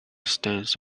stance